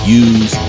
use